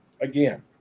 Again